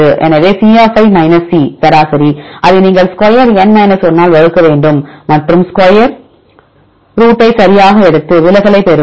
எனவே C C சராசரி நீங்கள் அதை ஸ்கொயர் n 1 ஆல் வகுக்க வேண்டும் மற்றும் ஸ்கொயர் ரூட்டை சரியாக எடுத்து விலகலைப் பெறுவோம்